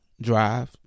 Drive